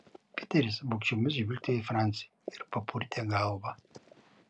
piteris vogčiomis žvilgtelėjo į francį ir papurtė galvą